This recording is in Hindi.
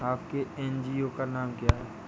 आपके एन.जी.ओ का नाम क्या है?